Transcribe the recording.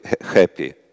happy